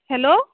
hello